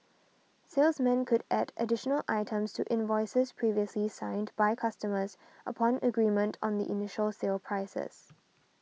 salesmen could add additional items to invoices previously signed by customers upon agreement on the initial sale prices